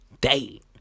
Date